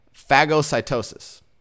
phagocytosis